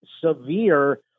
severe